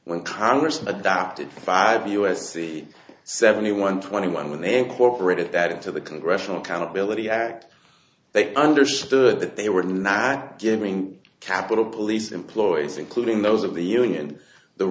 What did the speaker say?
when congressman adopted five u s c seventy one twenty one when they incorporated that into the congressional kind of ability act they understood that they were not giving capitol police employees including those of the union the